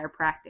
chiropractic